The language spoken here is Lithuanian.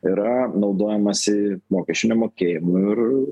yra naudojamasi mokesčių nemokėjimu ir